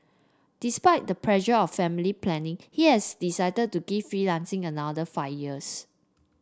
despite the pressure of family planning he has decided to give freelancing another five years